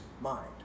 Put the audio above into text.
mind